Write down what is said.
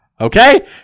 Okay